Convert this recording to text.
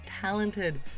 talented